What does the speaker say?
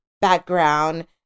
background